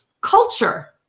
culture